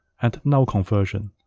and null conversion.